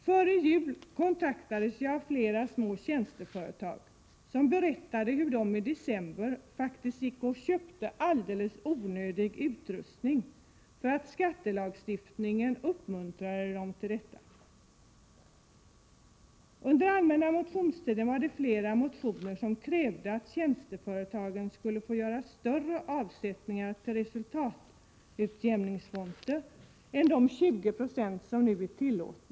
Före jul kontaktades jag av flera små tjänsteföretag, som berättade hur de i december faktiskt köpte alldeles onödig utrustning därför att skattelagstiftningen uppmuntrade dem till detta. Under allmänna motionstiden krävdes i flera motioner att tjänsteföretagen skulle få göra större avsättningar till resultatutjämningsfonder än de 20 96 av lönekostnaderna som nu är tillåtna.